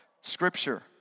Scripture